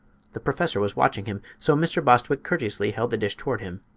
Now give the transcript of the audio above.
the professor was watching him, so mr. bostwick courteously held the dish toward him.